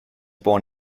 born